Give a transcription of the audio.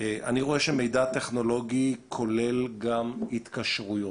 רואה שמידע טכנולוגי כולל גם התקשרויות.